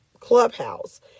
Clubhouse